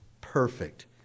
perfect